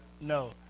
No